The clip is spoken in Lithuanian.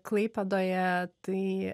klaipėdoje tai